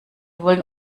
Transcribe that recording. wollen